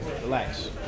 relax